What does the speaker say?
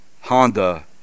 Honda